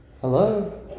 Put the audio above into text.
Hello